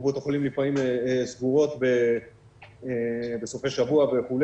וקופות החולים לפעמים סגורות בסופי שבוע וכו',